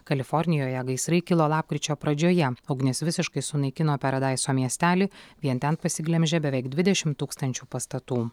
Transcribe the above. kalifornijoje gaisrai kilo lapkričio pradžioje ugnis visiškai sunaikino paradaiso miestelį vien ten pasiglemžė beveik dvidešimt tūkstančių pastatų